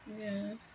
Yes